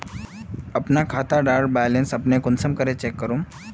अपना खाता डार बैलेंस अपने कुंसम करे चेक करूम?